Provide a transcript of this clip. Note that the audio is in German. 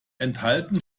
enthalten